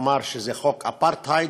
אמר שזה חוק אפרטהייד,